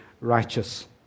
righteous